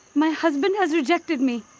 my husband has rejected me.